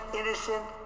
innocent